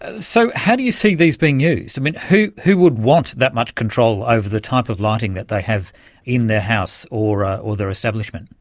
ah so how do you see these being used? um who who would want that much control over the type of lighting that they have in their house or ah or their establishment?